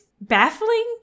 Baffling